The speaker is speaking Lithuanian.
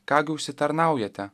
ką gi užsitarnaujate